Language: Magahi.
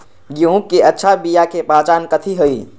गेंहू के अच्छा बिया के पहचान कथि हई?